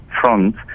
front